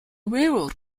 railroad